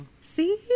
See